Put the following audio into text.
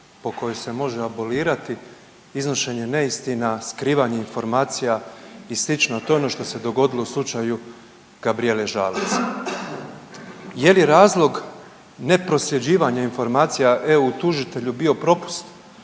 po kojoj se može abolirati iznošenje neistina, skrivanje informacija i sl., to je ono što se dogodilo u slučaju Gabrijele Žalac. Je li razlog ne prosljeđivanje informacija eu tužitelju bio propust